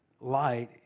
light